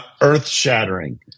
earth-shattering